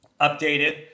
updated